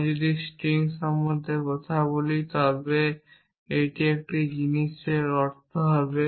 আমি যদি স্ট্রিং সম্পর্কে কথা বলি তবে এটি একটি ভিন্ন জিনিসের অর্থ হবে